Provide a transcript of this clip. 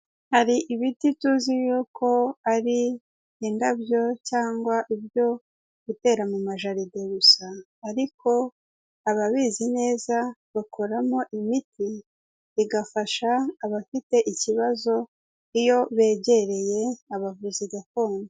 Hari ibiti tuzi yuko ari indabyo, cyangwa ibyo gutera mu majaride gusa. Ariko ababizi neza, bakoramo imiti, igafasha abafite ikibazo, iyo begereye abavuzi gakondo.